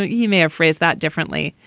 he may have phrased that differently.